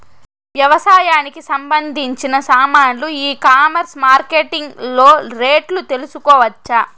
వ్యవసాయానికి సంబంధించిన సామాన్లు ఈ కామర్స్ మార్కెటింగ్ లో రేట్లు తెలుసుకోవచ్చా?